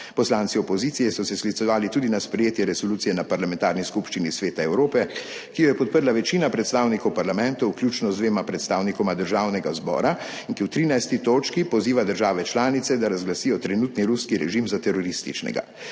Poslanci opozicije so se sklicevali tudi na sprejetje resolucije na parlamentarni skupščini Sveta Evrope, ki jo je podprla večina predstavnikov parlamentov, vključno z dvema predstavnikoma Državnega zbora, in ki v 13. točki poziva države članice, da razglasijo trenutni ruski režim za terorističnega.